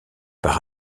par